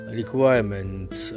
requirements